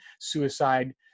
suicide